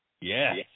Yes